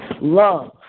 Love